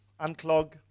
unclog